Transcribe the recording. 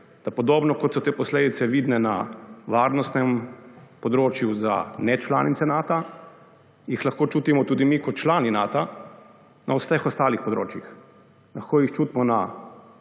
da podobno, kot so te posledice vidne na varnostnem področju za nečlanice Nata, jih lahko čutimo tudi mi kot člani Nata na vseh ostalih področjih. Lahko jih čutimo na